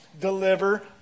deliver